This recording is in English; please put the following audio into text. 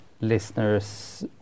listeners